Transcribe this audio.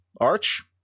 arch